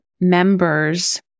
members